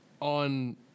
on